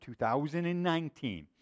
2019